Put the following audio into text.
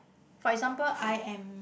for example I am